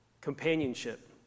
Companionship